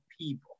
people